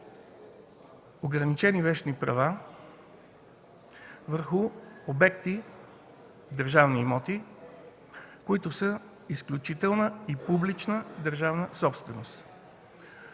ограничени вещни права върху обекти – държавни имоти, които са изключителна и публична държавна собственост.